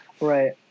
Right